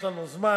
יש לנו זמן,